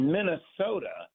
Minnesota